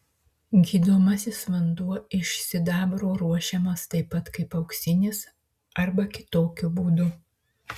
gydomasis vanduo iš sidabro ruošiamas taip pat kaip auksinis arba kitokiu būdu